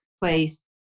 place